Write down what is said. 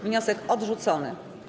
Wniosek odrzucony.